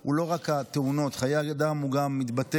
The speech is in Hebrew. זה לא רק התאונות, חיי אדם גם מתבטאים